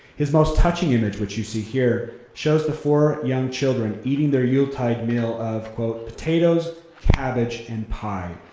his most touching image, which you see here, shows the four young children eating their yuletide meal of quote, potatoes cabbage, and pie.